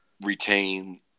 retain